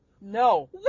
no